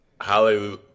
hallelujah